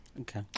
Okay